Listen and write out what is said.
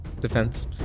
defense